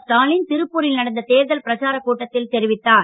ஸ்டாலின் திருப்பூரில் நடந்த தேர்தல் பிரச்சாரக் கூட்டத்தில் தெரிவித்தார்